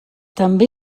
també